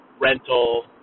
rental